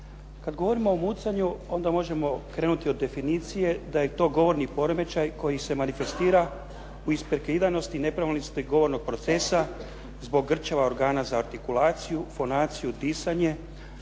Kada govorimo o mucanju, onda možemo govoriti od definicije da je to govorni poremećaj koji se manifestira u isprekidanosti i nepravilnosti govornog procesa zbog grčeva organa za artikulaciju, fonaciju, disanje.